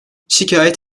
şikayet